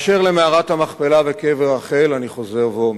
באשר למערת המכפלה וקבר רחל, אני חוזר ואומר: